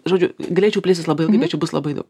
žodžiu galėčiau plėstis labai ilgai bet čia bus labai daug